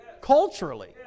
culturally